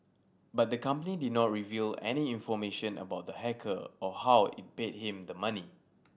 but the company did not reveal any information about the hacker or how it paid him the money